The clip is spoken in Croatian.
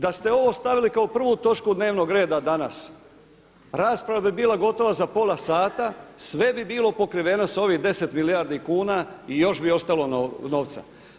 Da ste ovo stavili kao prvu točku dnevnog reda danas, rasprava bi bila gotova za pola sata, sve bi bilo pokriveno sa ovih 10 milijardi kuna i još bi ostalo novca.